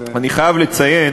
אני חייב לציין